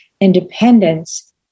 Independence